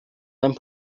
einem